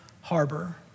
harbor